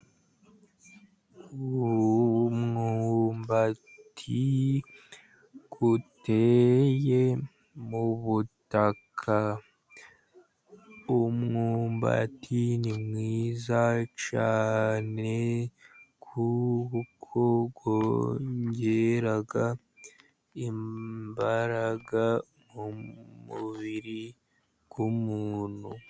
Umwumbati uteye mu butaka . Umwumbati ni mwiza cyane, kuko wongera imbaraga mu mubiri w'umuntu.